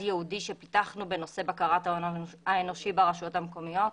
ייעודי שפיתחנו בנושא בקרת ההון האנושי ברשויות המקומיות.